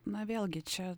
na vėlgi čia